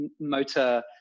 motor